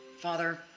Father